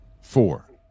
four